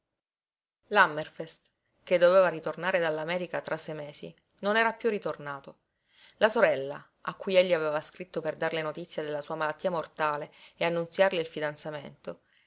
trapiantato l'hammerfest che doveva ritornare dall'america tra sei mesi non era piú ritornato la sorella a cui egli aveva scritto per darle notizia della sua malattia mortale e annunziarle il fidanzamento